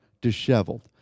disheveled